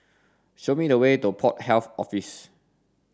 show me the way to Port Health Office